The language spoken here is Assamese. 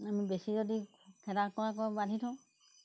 আমি বেছি যদি খেদা কৰা কৰে বান্ধি থওঁ